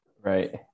Right